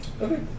Okay